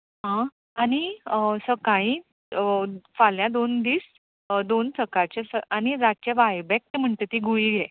आनी सकाळीं फाल्यां दोन दीस दोन सकाळचे आनी रातचे वायबॅक म्हणटा ती घुळी गे